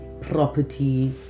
property